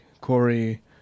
Corey